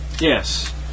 Yes